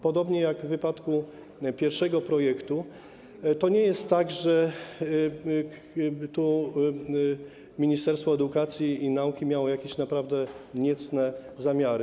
Podobnie jak w wypadku pierwszego projektu to nie jest tak, że Ministerstwo Edukacji i Nauki miało jakieś niecne zamiary.